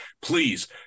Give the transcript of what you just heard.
please